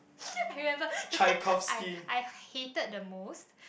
I remember the thing I I hated the most